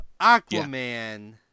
Aquaman